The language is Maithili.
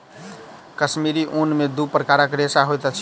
कश्मीरी ऊन में दू प्रकारक रेशा होइत अछि